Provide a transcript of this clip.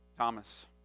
Thomas